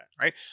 right